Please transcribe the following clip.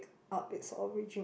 up its origin